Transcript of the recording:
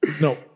no